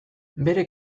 bere